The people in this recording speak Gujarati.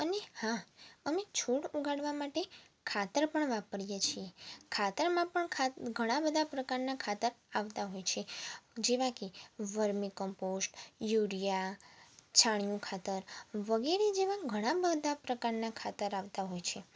અને હા અમે છોડ ઉગાડવા માટે ખાતર પણ વાપરીએ છીએ ખાતરમાં પણ ખાત ઘણાં બધા પ્રકારનાં ખાતર આવતાં હોય છે જેવા કે વર્મિકમ્પોસ્ટ યુરિયા છાણિયું ખાતર વગેરે જેવાં ઘણાં બધા પ્રકારનાં ખાતર આવતાં હોય છે